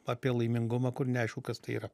apie laimingumą kur neaišku kas tai yra